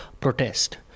protest